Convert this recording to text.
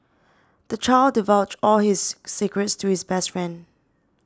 the child divulged all his secrets to his best friend